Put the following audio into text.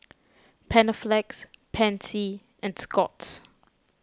Panaflex Pansy and Scott's